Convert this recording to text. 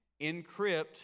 encrypt